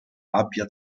abbia